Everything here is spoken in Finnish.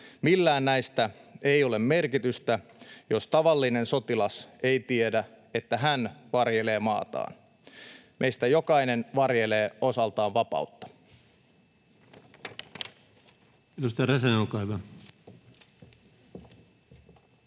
millään näistä ei ole merkitystä, jos tavallinen sotilas ei tiedä, että hän varjelee maataan.” Meistä jokainen varjelee osaltaan vapautta. [Speech